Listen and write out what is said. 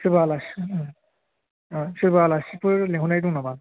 सोरबा आलासि दं सोरबा आलासिफोर लिंहरनाय दं नामा